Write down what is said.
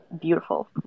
beautiful